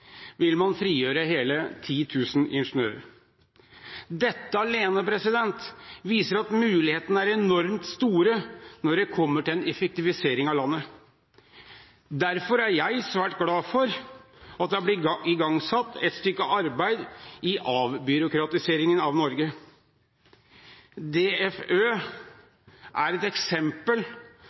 vil man frigjøre 10 000 ingeniører.» Dette alene viser at mulighetene er enormt store når det kommer til effektivisering av landet. Derfor er jeg svært glad for at det er blitt igangsatt et stykke arbeid i avbyråkratiseringen av Norge. DFØ er et eksempel